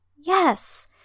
Yes